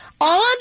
on